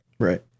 Right